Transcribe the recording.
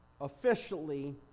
officially